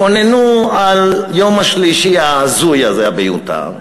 קוננו על יום שלישי ההזוי הזה, המיותר,